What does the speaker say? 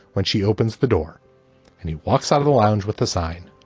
when she opens the door and he walks out of the lounge with the sign,